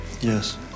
Yes